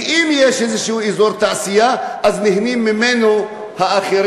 ואם יש איזה אזור תעשייה, אז נהנים ממנו האחרים,